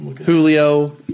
Julio